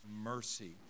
mercy